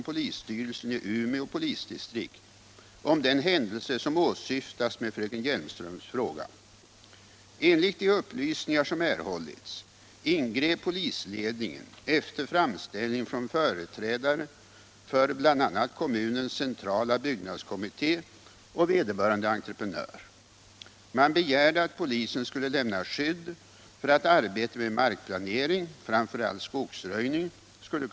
Kommunstyrelsen i Umeå hade beslutat att under måndagen gå ut med en dörrknackningsaktion i bostadsområdet kring Ålidhemskogen, uppenbarligen ovetande om polismästarens beslut att med våld avhysa ockupanterna för att möjliggöra uppsättning av stängsel kring området och fällning av träden.